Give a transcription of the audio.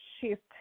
shift